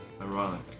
Ironic